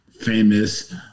famous